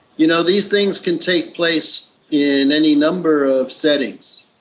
you know these things can take place in any number of settings.